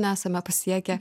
nesame pasiekę